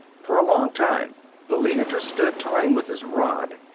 for a long time the leiter stood, toying with his rod.